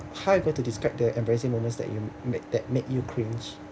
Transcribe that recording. how you going to describe the embarrassing moments that you make that make you cringe